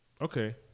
Okay